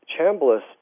Chambliss